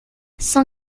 cent